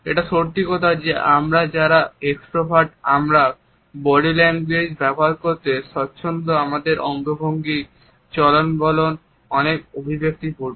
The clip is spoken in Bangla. এটা সত্যি কথা যে আমরা যারা এক্সট্রোভার্ট আমরা বডি ল্যাঙ্গুয়েজ ব্যবহার করতে স্বচ্ছন্দ আমাদের অঙ্গভঙ্গি চলন বলন অনেক অভিব্যক্তিপূর্ণ